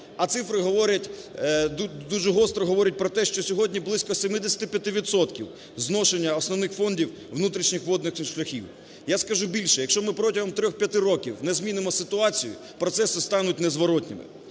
дуже гостро говорять про те, що сьогодні близько 75 відсотків зношення основних фондів внутрішніх водних шляхів. Я скажу більше. Якщо ми протягом трьох-п'яти років не змінимо ситуацію, процеси стануть незворотними.